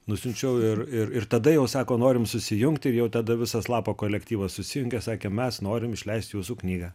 nusiunčiau ir ir ir tada jau sako norim susijungti ir jau tada visas lapo kolektyvas susijungė sakė mes norim išleist jūsų knygą